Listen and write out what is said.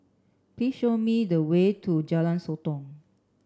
please show me the way to Jalan Sotong